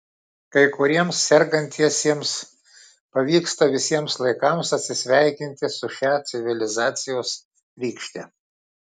kai kuriems sergantiesiems pavyksta visiems laikams atsisveikinti su šia civilizacijos rykšte